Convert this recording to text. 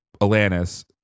Alanis